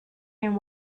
and